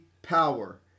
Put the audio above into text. power